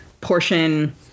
portion